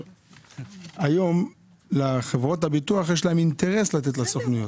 היום לחברות הביטוח יש אינטרס לתת לסוכנויות.